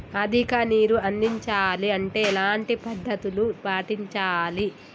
అధిక నీరు అందించాలి అంటే ఎలాంటి పద్ధతులు పాటించాలి?